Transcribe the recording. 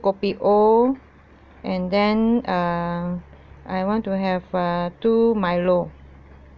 kopi O and then uh I want to have uh two milo